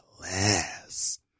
less